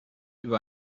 über